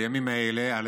בימים ההם הוא